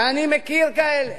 ואני מכיר כאלה.